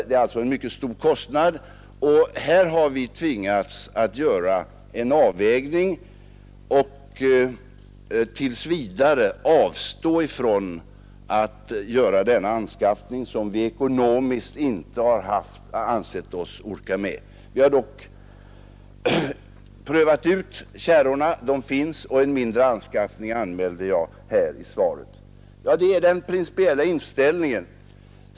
Det är alltså en mycket stor kostnad, och därför har vi tvingats att göra en avvägning och tills vidare avstå från denna anskaffning, som vi ekonomiskt inte ansett oss orka med. Vi har dock prövat ut kärrorna; de finns, och en mindre anskaffning anmälde jag här i svaret. Detta är den principiella inställningen.